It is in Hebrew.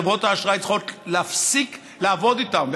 חברות האשראי צריכות להפסיק לעבוד איתן,